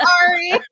Sorry